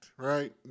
Right